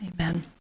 Amen